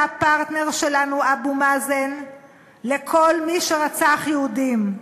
הפרטנר שלנו אבו מאזן לכל מי שרצח יהודים.